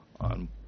on